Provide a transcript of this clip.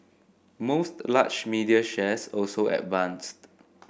most large media shares also advanced